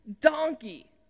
donkey